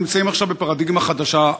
אנחנו נמצאים עכשיו בפרדיגמה חדשה,